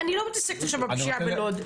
אני לא מתעסקת עכשיו בפשיעה בלוד.